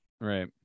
right